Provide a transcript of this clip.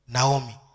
Naomi